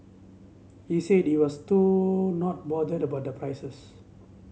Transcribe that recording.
he said he was too not bothered by the prices